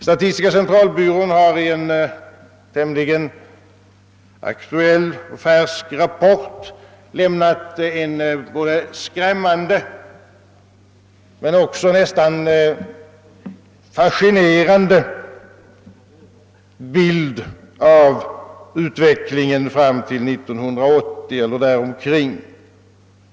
Statistiska centralbyrån har i en tämligen aktuell och färsk rapport lämnat en skrämmande men också nästan fascinerande bild av utvecklingen fram till 1980 eller däromkring.